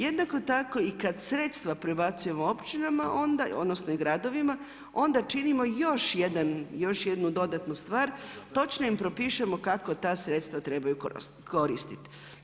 Jednako tako i kad sredstva prebacimo općinama odnosno i gradovima, onda činimo još jednu dodatnu stvar, točno im propišemo kako ta sredstva trebaju koristiti.